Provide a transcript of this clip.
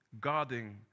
guarding